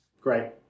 great